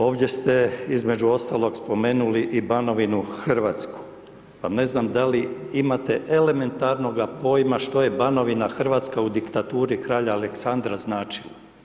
Ovdje ste između ostalog spomenuli i Banovinu Hrvatsku, pa ne znam da li imate elementarnoga pojma što Banovina Hrvatska u diktaturi kralja Aleksandra znači?